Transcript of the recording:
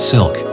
Silk